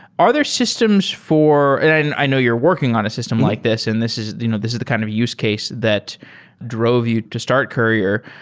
are there systems for and i know you're working on a system like this, and this is you know this is the kind of use case that drove you to start courier.